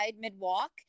mid-walk